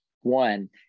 one